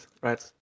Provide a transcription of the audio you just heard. right